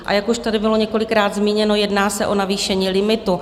A jak už tady bylo několikrát zmíněno, jedná se o navýšení limitu.